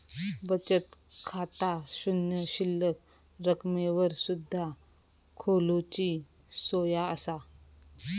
बचत खाता शून्य शिल्लक रकमेवर सुद्धा खोलूची सोया असा